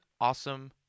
awesome